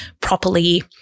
properly